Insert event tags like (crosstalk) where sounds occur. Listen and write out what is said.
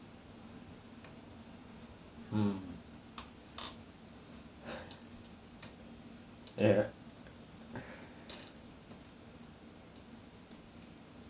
mm (laughs) ya